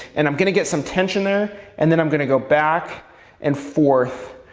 and i'm gonna get some tension there, and then i'm gonna go back and forth,